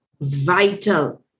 vital